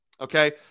Okay